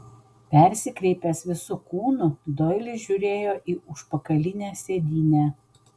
persikreipęs visu kūnu doilis žiūrėjo į užpakalinę sėdynę